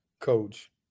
coach